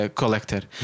collector